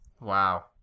wow